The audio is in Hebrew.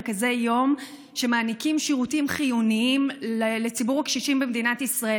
מרכזי יום שמעניקים שירותים חיוניים לציבור הקשישים במדינת ישראל.